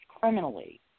criminally